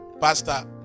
Pastor